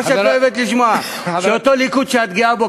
מה שאת אוהבת לשמוע: באותו ליכוד שאת גאה בו,